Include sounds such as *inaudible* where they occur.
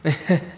*laughs*